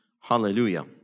hallelujah